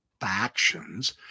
factions